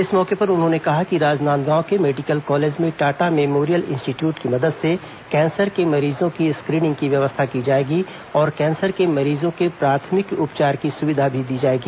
इस मौके पर उन्होंने कहा कि राजनांदगांव के मेडिकल कॉलेज में टाटा मेमोरियल इंस्टीट्यूट की मदद से कैंसर के मरीजों की स्क्रीनिंग की व्यवस्था की जाएगी और कैंसर के मरीजों के प्राथमिक उपचार की सुविधा भी दी जाएगी